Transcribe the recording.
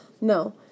no